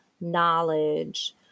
knowledge